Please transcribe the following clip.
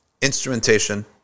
Instrumentation